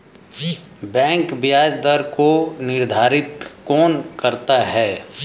Bank ब्याज दर को निर्धारित कौन करता है?